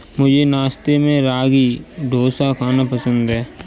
मुझे नाश्ते में रागी डोसा खाना पसंद है